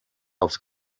aufs